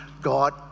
God